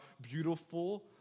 beautiful